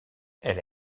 elle